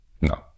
No